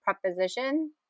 preposition